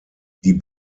die